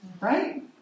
Right